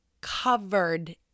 covered